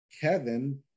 kevin